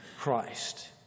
Christ